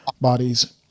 bodies